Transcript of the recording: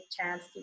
chance